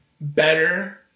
better